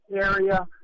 area